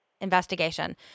investigation